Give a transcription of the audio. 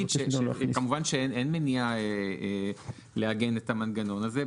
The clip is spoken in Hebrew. אני רק אגיד שכמובן שאין מניעה לעגן את המנגנון הזה.